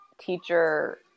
teacher